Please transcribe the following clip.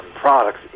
products